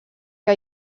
que